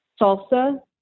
salsa